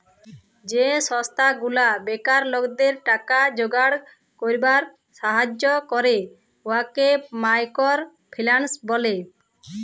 যে সংস্থা গুলা বেকার লকদের টাকা জুগাড় ক্যইরবার ছাহাজ্জ্য ক্যরে উয়াকে মাইকর ফিল্যাল্স ব্যলে